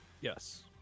Yes